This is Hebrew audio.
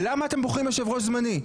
למה אתם בוחרים יושב-ראש זמני?